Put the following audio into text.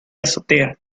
azotea